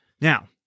Now